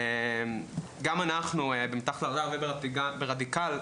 גם אנחנו ב"מתחת לרדאר" וב"רדיקל"